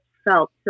felt